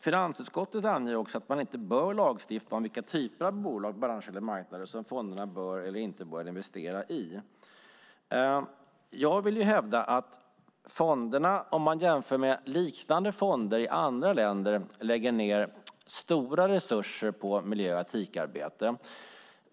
Finansutskottet anger också att man inte bör lagstifta om vilka typer av bolag, branscher eller marknader som fonderna bör eller inte bör investera i. Jag vill hävda att fonderna, om man jämför med liknande fonder i andra länder, lägger ned stora resurser på miljö och etikarbete.